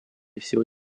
всего